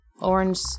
orange